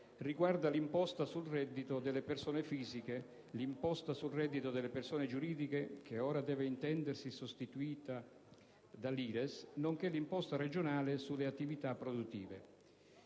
riguarda l'imposta sul reddito delle persone fisiche, l'imposta sul reddito delle persone giuridiche, che ora deve intendersi sostituita dall'IRES, nonché l'imposta regionale sulle attività produttive.